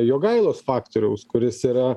jogailos faktoriaus kuris yra